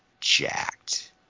jacked